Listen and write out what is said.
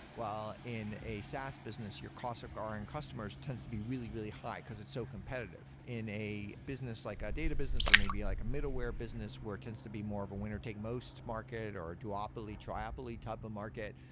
well, in a saas business, your cost of acquiring customers tends to be really, really high, because it's so competitive. in a business, like a data business, or maybe like a middleware business where it tends to be more of a winner-take-most market, or duopoly, triopoly type of market,